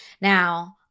Now